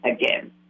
again